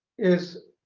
is